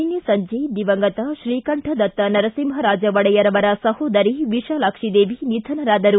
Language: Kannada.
ನಿನ್ನೆ ಸಂಜೆ ದಿವಂಗತ ಶ್ರೀಕಂಠದತ್ತ ನರಸಿಂಹರಾಜ ಒಡೆಯರ್ ಅವರ ಸಹೋದರಿ ವಿಶಾಲಾಕ್ಷಿದೇವಿ ನಿಧನರಾದರು